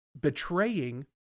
betraying